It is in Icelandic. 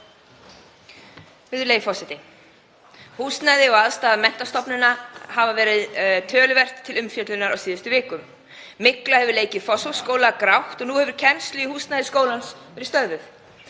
Virðulegi forseti. Húsnæði og aðstaða menntastofnana hefur verið töluvert til umfjöllunar á síðustu vikum. Mygla hefur leikið Fossvogsskóla grátt og nú hefur kennsla í húsnæði skólans verið stöðvuð.